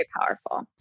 powerful